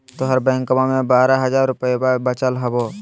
तोहर बैंकवा मे बारह हज़ार रूपयवा वचल हवब